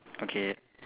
okay